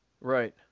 Right